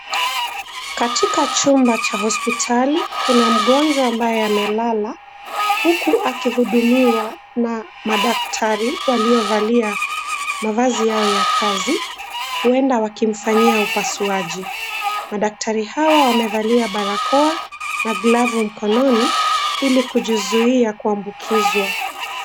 Katika chumba cha hospitali kuna mgonjwa ambaye amelala huku akihudumiwa na madaktari waliovalia mavazi yao ya kazi, huenda wakimfanyia upasuaji. Madaktari hawa wamevalia barakoa na glavu mkononi ili kujizuia kuambukizwa.